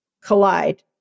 collide